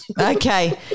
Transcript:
Okay